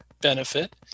benefit